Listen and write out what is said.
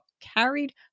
carried